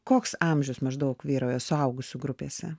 koks amžius maždaug vyrauja suaugusių grupėse